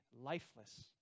lifeless